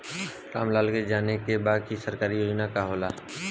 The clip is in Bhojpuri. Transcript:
राम लाल के जाने के बा की सरकारी योजना का होला?